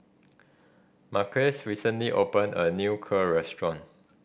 Marquez recently open a new Kheer restaurant